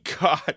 God